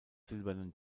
silbernen